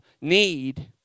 need